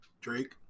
Drake